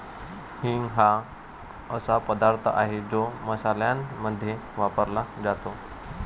हिंग हा असा पदार्थ आहे जो मसाल्यांमध्ये वापरला जातो